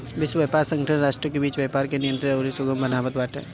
विश्व व्यापार संगठन राष्ट्रों के बीच व्यापार के नियंत्रित अउरी सुगम बनावत बाटे